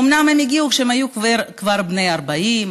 אומנם הם הגיעו כשהם היו כבר בני 40,